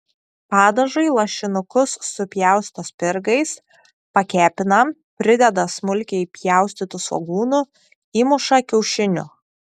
padažui lašinukus supjausto spirgais pakepina prideda smulkiai pjaustytų svogūnų įmuša kiaušinių